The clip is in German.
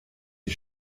die